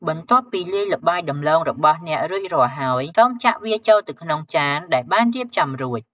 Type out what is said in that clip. បន្ទាប់ពីលាយល្បាយដំឡូងរបស់អ្នករួចរាល់ហើយ សូមចាក់វាចូលទៅក្នុងចានដែលបានរៀបចំរួច។